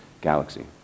galaxy